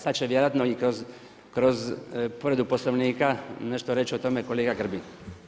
Sad će vjerojatno i kroz povredu Poslovnika nešto reći o tome kolega Grbin.